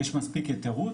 יש מספיק יתירות,